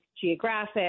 geographic